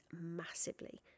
massively